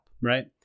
right